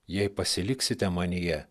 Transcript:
jei pasiliksite manyje